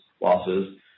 losses